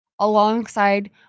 alongside